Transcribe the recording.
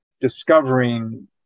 discovering